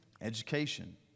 education